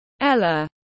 Ella